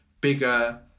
bigger